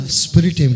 spirit